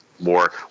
more